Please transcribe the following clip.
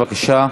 בבקשה.